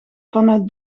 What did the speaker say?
vanuit